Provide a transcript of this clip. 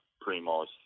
Primo's